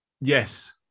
Yes